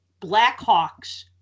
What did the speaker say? Blackhawks